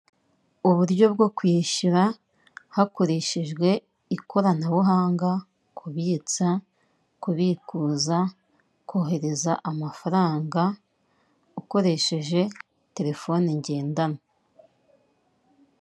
Uburyo bwo kwishyura hakoreshejwe ikoranabuhanga, kubitsa, kubikuza, kohereza amafaranga, ukoresheje terefone ngendanwa.